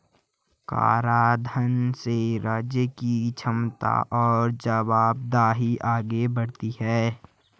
कराधान से राज्य की क्षमता और जवाबदेही आगे बढ़ती है